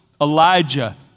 Elijah